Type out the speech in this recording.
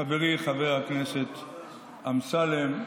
חברי חבר הכנסת אמסלם,